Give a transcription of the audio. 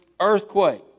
Earthquake